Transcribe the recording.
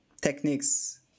techniques